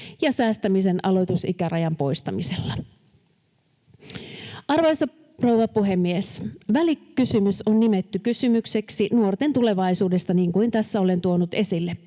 ja säästämisen aloitusikärajan poistamisella. Arvoisa rouva puhemies! Välikysymys on nimetty kysymykseksi nuorten tulevaisuudesta, niin kuin tässä olen tuonut esille.